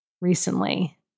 recently